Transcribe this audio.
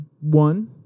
One